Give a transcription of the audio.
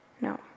No